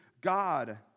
God